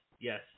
yes